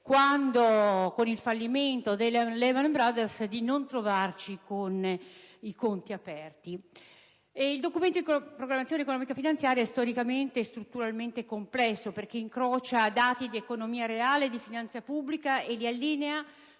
con il fallimento della Lehman Brothers, di non trovarci con i conti aperti. Il Documento di programmazione economico-finanziaria è storicamente e strutturalmente complesso, perché incrocia dati di economia reale e di finanza pubblica e li allinea